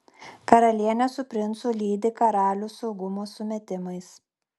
karalienė su princu lydi karalių saugumo sumetimais